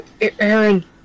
Aaron